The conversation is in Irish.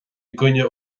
gcoinne